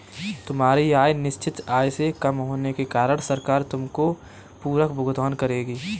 तुम्हारी आय निश्चित आय से कम होने के कारण सरकार तुमको पूरक भुगतान करेगी